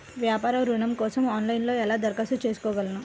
వ్యాపార ఋణం కోసం ఆన్లైన్లో ఎలా దరఖాస్తు చేసుకోగలను?